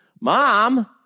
Mom